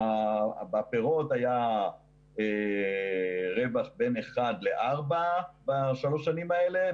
בפירות היה רווח של בין 1 ל-4 בשלוש השנים האלה,